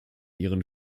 ihren